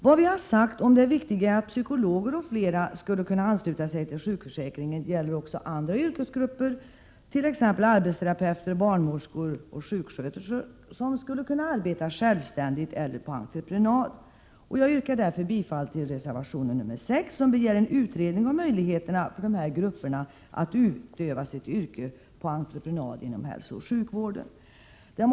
Vad vi har sagt om det viktiga i att psykologer m.fl. skulle kunna ansluta sig till sjukförsäkringen gäller också andra vårdyrkesgrupper, t.ex. arbetsterapeuter, barnmorskor och sjuksköterskor, som skulle kunna arbeta självständigt eller på entreprenad. Jag yrkar därför bifall till reservation nr 6, där en utredning begärs om möjligheterna för dessa grupper att utöva sitt yrke på entreprenad inom hälsooch sjukvården.